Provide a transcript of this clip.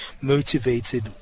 motivated